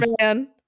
man